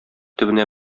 төбенә